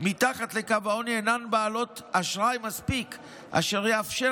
מתחת לקו העוני אינן בעלות אשראי מספיק אשר יאפשר